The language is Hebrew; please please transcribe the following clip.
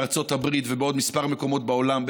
בארצות הברית ובעוד כמה מקומות בעולם,